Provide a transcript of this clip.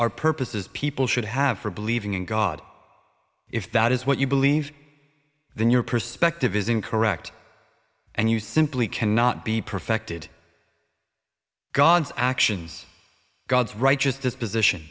are purposes people should have for believing in god if that is what you believe then your perspective is incorrect and you simply cannot be perfected god's actions god's righteous disposition